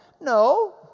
no